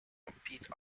compete